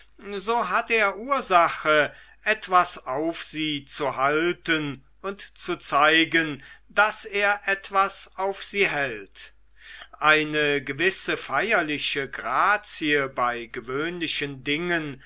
so hat er ursache etwas auf sie zu halten und zu zeigen daß er etwas auf sie hält eine gewisse feierliche grazie bei gewöhnlichen dingen